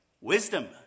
wisdom